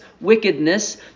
wickedness